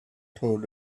told